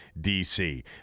dc